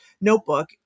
notebook